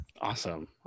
Awesome